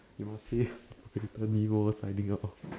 you must say operator nemo signing out